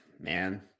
man